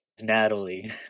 Natalie